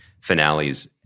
finales